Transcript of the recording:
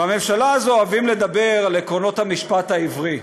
בממשלה הזו אוהבים לדבר על עקרונות המשפט העברי.